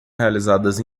realizadas